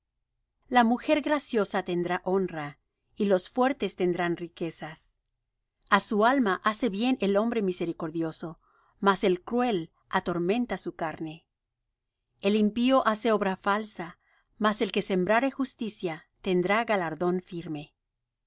la mujer graciosa tendrá honra y los fuertes tendrán riquezas a su alma hace bien el hombre misericordioso mas el cruel atormenta su carne el impío hace obra falsa mas el que sembrare justicia tendrá galardón firme